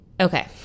Okay